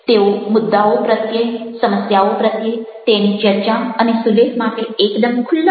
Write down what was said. તેઓ મુદ્દાઓ પ્રત્યે સમસ્યાઓ પ્રત્યે તેની ચર્ચા અને સુલેહ માટે એકદમ ખુલ્લાં હોય છે